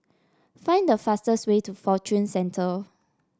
find the fastest way to Fortune Centre